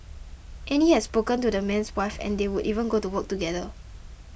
Annie had spoken to the man's wife and they would even go to work together